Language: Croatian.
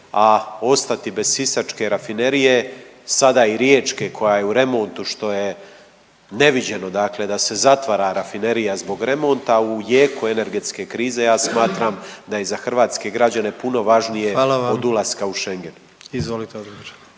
a ostati bez sisačke rafinerije, sada i riječke koja je u remontu, što je neviđeno, dakle da se zatvara rafinerija zbog remonta u jeku energetske krize ja smatram da je za hrvatske građane puno važnije od ulaska u Schengen. **Jandroković, Gordan